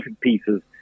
pieces